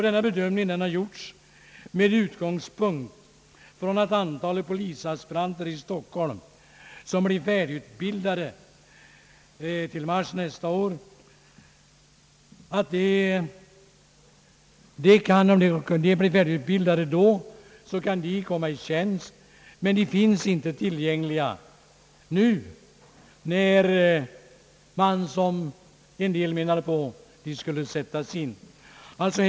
Denna bedömning har gjorts med utgångspunkt från att det antal polisaspiranter i Stockholm som blir färdigutbildade till mars månad nästa år kan komma i tjänst. Men de finns inte tillgängliga nu, när, som en del menar på, de skulle behöva sättas in.